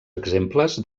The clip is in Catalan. exemples